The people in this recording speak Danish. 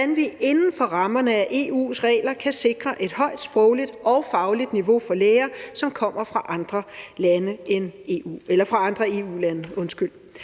hvordan vi inden for rammerne af EU's regler kan sikre et højt sprogligt og fagligt niveau for læger, som kommer fra andre EU-lande.